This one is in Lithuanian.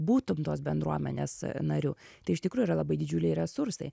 būtum tos bendruomenės nariu tai iš tikrųjų yra labai didžiuliai resursai